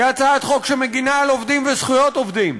היא הצעת חוק שמגינה על עובדים וזכויות עובדים,